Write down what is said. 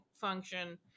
function